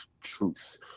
truth